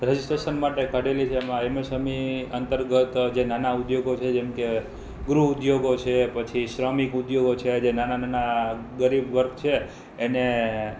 registration માટે કાઢેલી છે એમાં એમેસમઈ અંતર્ગત જે નાના ઉદ્યોગો છે જેમકે ગૃહ ઉદ્યોગો છે પછી શ્રમિક ઉદ્યોગો છે જે નાના નાના ગરીબ વર્ગ છે એને